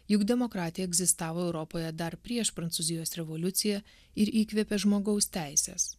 juk demokratija egzistavo europoje dar prieš prancūzijos revoliuciją ir įkvėpė žmogaus teises